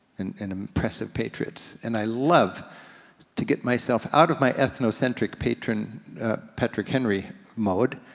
and and impressive patriots. and i love to get myself out of my ethnocentric patron patrick henry mode,